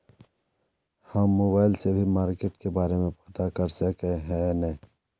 हम मोबाईल से भी मार्केट के बारे में पता कर सके है नय?